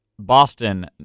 Boston